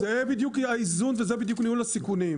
זה בדיוק האיזון וזה בדיוק ניהול הסיכונים.